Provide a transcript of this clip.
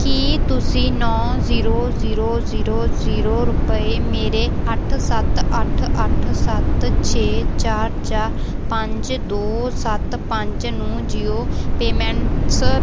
ਕੀ ਤੁਸੀਂਂ ਨੌ zero zero zero zero ਰੁਪਏ ਮੇਰੇ ਅੱਠ ਸੱਤ ਅੱਠ ਅੱਠ ਸੱਤ ਛੇ ਚਾਰ ਚਾਰ ਪੰਜ ਦੋ ਸੱਤ ਪੰਜ ਨੂੰ ਜੀਓ ਪੇਮੇਂਟਸ